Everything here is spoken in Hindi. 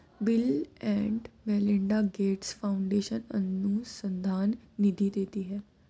bill and Melinda Gates foundation अनुसंधान निधि देती है